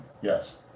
Yes